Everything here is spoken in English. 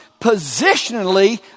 Positionally